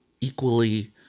equally